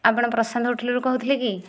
ଆପଣ ପ୍ରଶାନ୍ତ ହୋଟେଲ୍ରୁ କହୁଥିଲେ କି